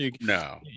No